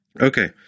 Okay